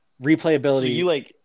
replayability